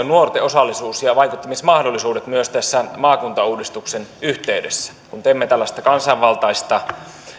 nuorten osallisuus ja vaikuttamismahdollisuudet myös tässä maakuntauudistuksen yhteydessä kun teemme tällaista kansanvaltaista